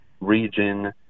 region